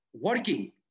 working